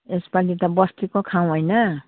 यसपालि त बस्तीको खाउँ होइन